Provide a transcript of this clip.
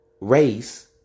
race